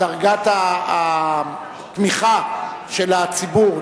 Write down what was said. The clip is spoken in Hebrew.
דרגת התמיכה של הציבור,